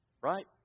Right